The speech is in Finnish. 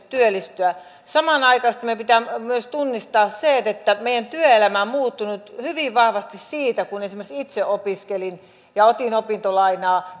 työllistyä samanaikaisesti meidän pitää myös tunnistaa se että meidän työelämämme on muuttunut hyvin vahvasti siitä kun esimerkiksi itse opiskelin ja otin opintolainaa